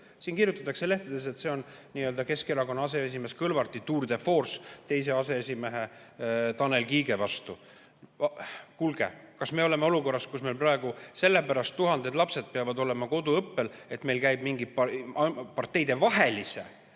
kirjutatakse, et see on Keskerakonna aseesimehe Kõlvartitour de forceteise aseesimehe Tanel Kiige vastu. Kuulge, kas me oleme olukorras, kus meil praegu sellepärast tuhanded lapsed peavad olema koduõppel, et meil käib parteidevahelise